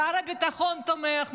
שר הביטחון תומך,